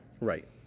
Right